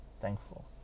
thankful